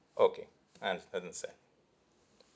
okay uns~ understand